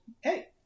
hey